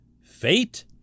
fate